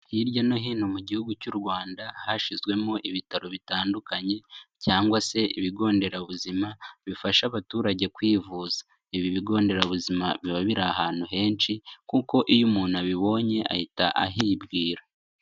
Hirya no hino mu gihugu cy'u Rwanda hashyizwemo ibitaro bitandukanye cyangwa se ibigo nderabuzima bifasha abaturage kwivuza, ibi bigo nderabuzima biba biri ahantu henshi kuko iyo umuntu abibonye ahita ahibwira.